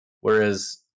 Whereas